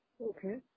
Okay